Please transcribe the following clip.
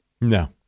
No